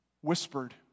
whispered